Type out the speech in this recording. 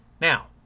Now